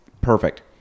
perfect